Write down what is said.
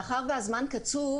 מאחר שהזמן קצוב,